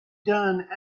done